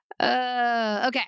Okay